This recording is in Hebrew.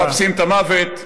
שמחפשים את המוות,